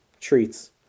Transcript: treats